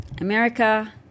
America